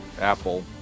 Apple